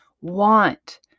want